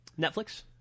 Netflix